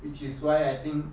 which is why I think